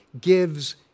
gives